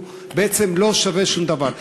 הוא בעצם לא שווה שום דבר.